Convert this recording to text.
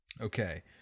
Okay